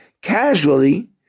casually